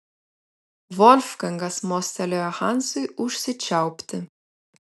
volfgangas mostelėjo hansui užsičiaupti